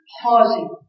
pausing